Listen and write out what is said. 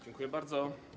Dziękuję bardzo.